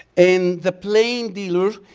in the plain dealer,